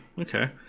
okay